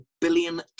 billion